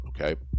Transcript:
Okay